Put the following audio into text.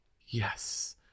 yes